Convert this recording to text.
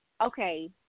okay